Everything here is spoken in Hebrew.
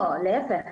לא, להיפך.